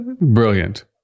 Brilliant